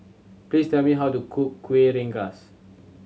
please tell me how to cook Kuih Rengas